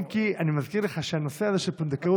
אם כי אני מזכיר לך שהנושא הזה של פונדקאות